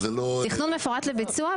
תכנון מפורט לביצוע,